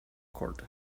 court